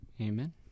Amen